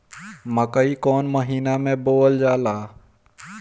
मकई कौन महीना मे बोअल जाला?